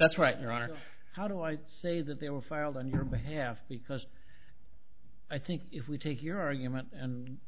honor how do i say that they were filed on your behalf because i think if we take your argument and